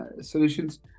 Solutions